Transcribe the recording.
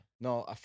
No